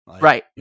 Right